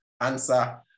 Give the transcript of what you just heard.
answer